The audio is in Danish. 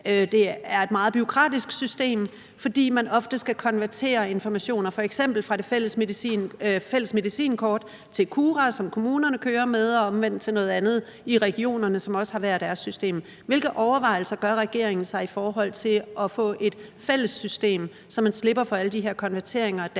det er et meget bureaukratisk system, fordi man ofte skal konvertere informationer fra f.eks. Fælles Medicinkort til Cura, som kommunerne bruger, og omvendt til noget andet i regionerne, som også har hver deres system. Hvilke overvejelser gør regeringen sig om at få et fælles system, så man slipper for alle de her konverteringer af data,